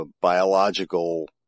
biological